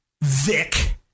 Vic